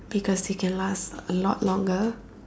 because it can last a lot longer